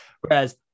Whereas